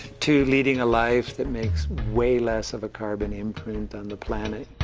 to leading a life that makes way less of a carbon imprint on the planet,